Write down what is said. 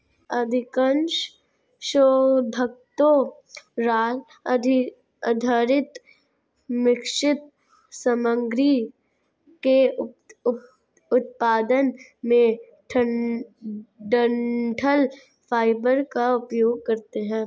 अधिकांश शोधकर्ता राल आधारित मिश्रित सामग्री के उत्पादन में डंठल फाइबर का उपयोग करते है